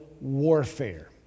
warfare